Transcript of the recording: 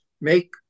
make